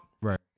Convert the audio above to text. Right